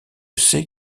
sais